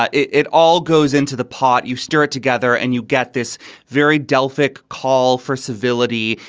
ah it it all goes into the pot. you stir it together and you get this very delphic call for civility.